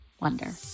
wonder